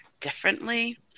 differently